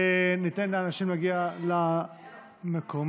ניתן לאנשים להגיע למקומות.